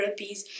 therapies